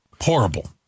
Horrible